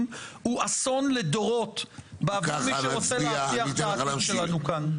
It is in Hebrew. הוא אסון לדורות בעבור מי שרוצה להבטיח את העתיד שלנו כאן.